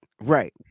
right